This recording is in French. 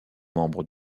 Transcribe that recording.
membre